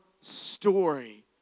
story